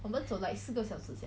我们走 like 四个小时 sia